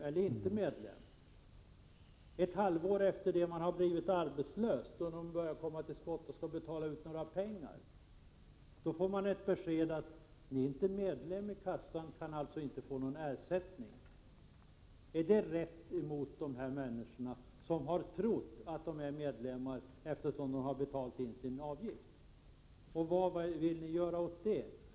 Först ett halvår efter det att man har blivit arbetslös och det blir aktuellt att betala ut pengar kan man få beskedet 15 att man inte är medlem i kassan och alltså inte kan få någon ersättning. Är det rätt emot dessa människor, som har trott att de är medlemmar, eftersom de har betalat in sin avgift? Vad vill ni göra åt det?